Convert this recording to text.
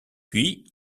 puis